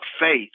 faith